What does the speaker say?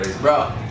Bro